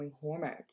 hormones